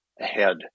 ahead